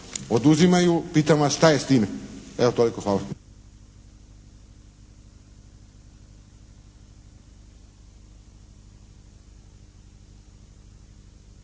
oduzimaju. Pitam vas šta je s time? Evo toliko. Hvala.